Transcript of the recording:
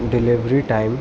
delivery time